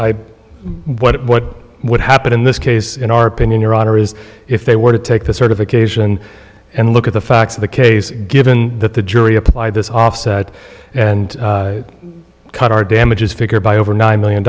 i what what would happen in this case in our opinion your honor is if they were to take the certification and look at the facts of the case given that the jury apply this offset and cut our damages figure by over nine million